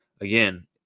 Again